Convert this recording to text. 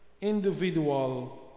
individual